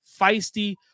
feisty